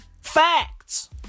Facts